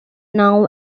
now